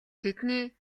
тэдний